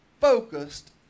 focused